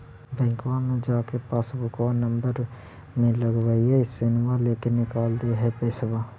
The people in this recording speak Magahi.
बैंकवा मे जा के पासबुकवा नम्बर मे लगवहिऐ सैनवा लेके निकाल दे है पैसवा?